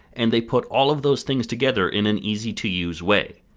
and they put all of those things together in an easy to use way.